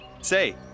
Say